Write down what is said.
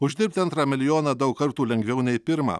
uždirbti antrą milijoną daug kartų lengviau nei pirmą